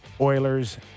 Oilers